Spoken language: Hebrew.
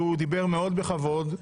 והוא דיבר מאוד בכבוד.